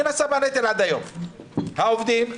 העובדים והמעסיקים.